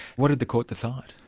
what did the court decide?